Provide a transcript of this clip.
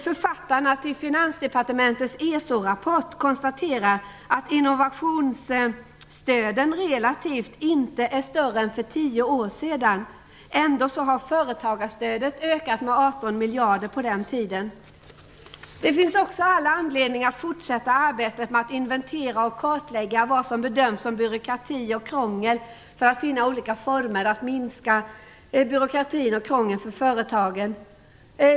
Författarna till Finansdepartementets ESO-rapport konstaterar att innovationsstöden relativt inte är större än för 10 år sedan. Ändå har företagarstödet ökat med 18 miljarder på den tiden. Det finns också all anledning att fortsätta arbetet med att inventera och kartlägga vad som bedöms som byråkrati och krångel för att finna olika former att minska byråkratin och krånglet för företagen.